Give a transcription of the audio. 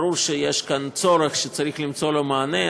ברור שיש כאן צורך שצריך למצוא לו מענה.